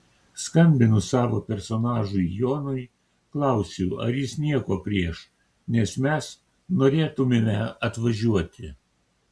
skambinu savo personažui jonui klausiu ar jis nieko prieš nes mes norėtumėme atvažiuoti